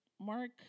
Mark